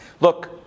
look